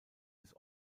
des